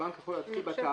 הבנק כבר התחיל בתהליך.